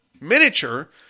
miniature